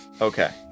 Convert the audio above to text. Okay